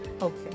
Okay